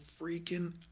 freaking